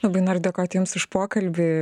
labai noriu dėkoti jums už pokalbį